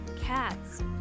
Cats